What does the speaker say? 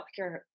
healthcare